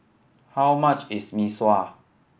how much is Mee Sua